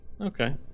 Okay